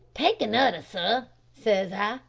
take another, sir says i.